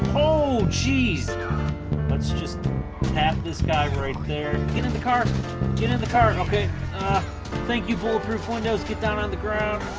oh geez let's just tap this guy right there get in the car get in the car okay thank you bulletproof windows get down on the ground